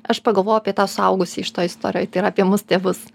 aš pagalvojau apie tą suaugusį iš to istorijoj tai yra apie mus tėvus